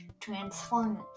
Transformers